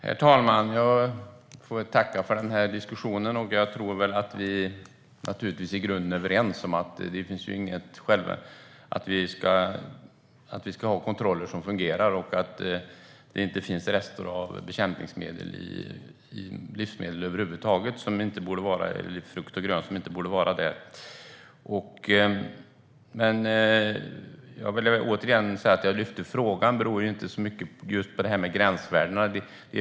Herr talman! Jag tackar för diskussionen. Vi är nog i grunden överens om att vi ska ha kontroller som fungerar och att det inte ska finnas rester av bekämpningsmedel i frukt och grönt som inte borde vara där. Att jag lyfte upp frågan beror inte så mycket på gränsvärdena.